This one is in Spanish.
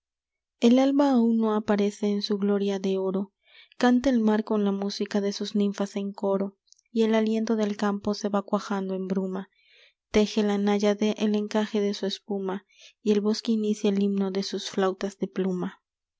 el alba aun no aparece en su gloria de oro canta el mar con la música de sus ninfas en coro y el aliento del campo se va cuajando en bruma teje la náyade el encaje de su espuma y el bosque inicia el himno de sus flautas de pluma